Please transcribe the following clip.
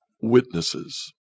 witnesses